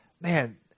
man